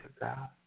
God